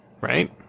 right